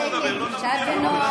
עד שתדבר לא נפריע לה.